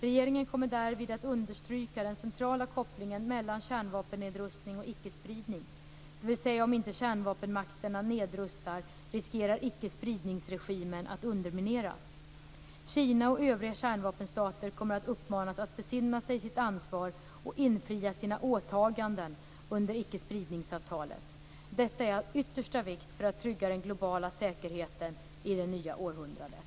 Regeringen kommer därvid att understryka den centrala kopplingen mellan kärnvapennedrustning och ickespridning, dvs. om inte kärnvapenmakterna nedrustar riskerar ickespridningsregimen att undermineras. Kina och övriga kärnvapenstater kommer att uppmanas att besinna sig sitt ansvar och infria sina åtaganden under NPT. Detta är av yttersta vikt för att trygga den globala säkerheten i det nya århundradet.